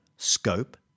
Scope